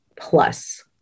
plus